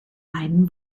einen